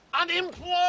Unemployed